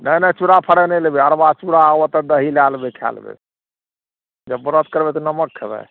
नहि नहि चूड़ा फ्राइ नहि लेबै अरबा चूड़ा ओतए दही लै लेबै खै लेबै जब व्रत करबै तऽ नमक खएबै